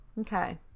Okay